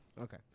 Okay